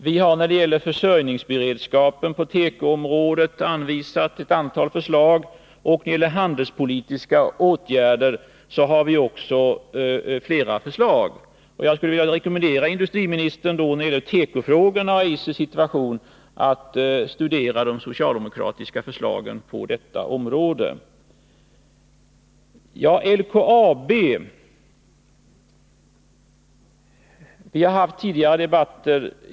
Vi har när det gäller försörjningsberedskapen på tekoområdet lagt fram ett antal förslag. Och när det gäller handelspolitiska åtgärder har vi också flera förslag. Jag vill rekommendera industriministern att studera de socialdemokratiska förslagen när det gäller tekofrågorna och Eisers situation.